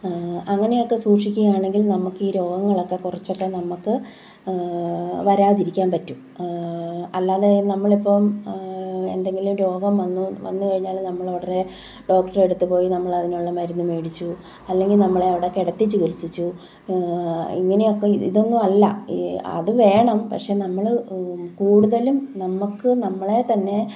അങ്ങനെയൊക്കെ സൂക്ഷിക്കുകയാണെങ്കിൽ നമുക്ക് ഈ രോഗങ്ങളെ ഒക്കെ കുറിച്ചൊക്കെ നമുക്ക് വരാതിരിക്കാൻ പറ്റും അല്ലാതെ നമ്മളിപ്പം എന്തെങ്കിലും രോഗം വന്നു വന്നു കഴിഞ്ഞാൽ നമ്മൾ ഉടനെ ഡോക്ടറുടെ അടുത്ത് പോയി നമ്മൾ അതിനുള്ള മരുന്ന് മേടിച്ചു അല്ലെങ്കിൽ നമ്മളെ അവിടെ കിടത്തി ചികിത്സിച്ചു ഇങ്ങനെയൊക്കെ ഇതൊന്നും അല്ല അത് വേണം പക്ഷേ നമ്മൾ കൂടുതലും നമുക്ക് നമ്മളെ തന്നെ